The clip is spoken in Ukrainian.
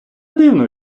дивно